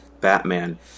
Batman